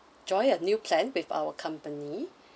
join a new plan with our company